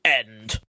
end